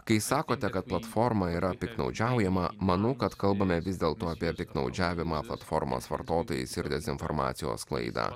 kai sakote kad platforma yra piktnaudžiaujama manau kad kalbame vis dėlto apie piktnaudžiavimą platformos vartotojais ir dezinformacijos sklaidą